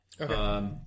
Okay